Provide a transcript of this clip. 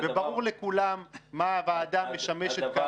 וברור לכולם מה הוועדה משמשת כאן.